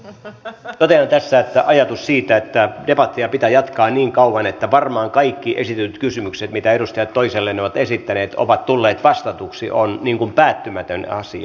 totean tässä että ajatus siitä että debattia pitää jatkaa niin kauan että varmaan kaikki esitetyt kysymykset mitä edustajat toisilleen ovat esittäneet ovat tulleet vastatuiksi on päättymätön asia